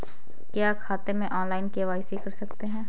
क्या खाते में ऑनलाइन के.वाई.सी कर सकते हैं?